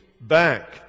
back